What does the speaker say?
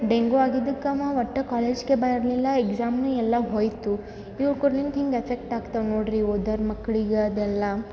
dengue ಆಗಿದ್ದಕ್ಕೆ ಅವ ಒಟ್ಟು ಕಾಲೇಜ್ಗೆ ಬರಲಿಲ್ಲ ಎಕ್ಸಾಮ್ನು ಎಲ್ಲ ಹೋಯಿತು ಇವು ಕೂಡ್ಲಿಂತ ಹಿಂಗೆ ಎಫೆಕ್ಟ್ ಆಗ್ತವ ನೋಡಿರಿ ಇವು ಓದ್ದೋರ ಮಕ್ಕಳಿಗ್ ಅದೆಲ್ಲ